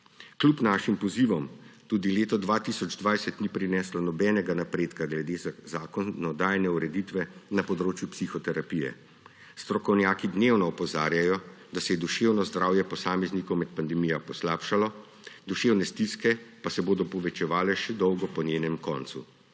Kljub našim pozivom tudi leto 2020 ni prineslo nobenega napredka glede zakonodajne ureditve na področju psihoterapije. Strokovnjaki dnevno opozarjajo, da se je duševno zdravje posameznikov med pandemijo poslabšalo, duševne stiske pa se bodo povečevale še dolgo po njenem koncu.